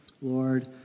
Lord